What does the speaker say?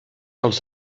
els